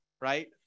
right